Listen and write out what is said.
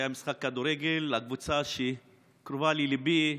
היה משחק כדורגל של קבוצה שקרובה לליבי,